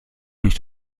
nicht